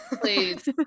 please